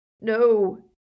No